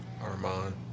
Armand